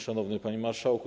Szanowny Panie Marszałku!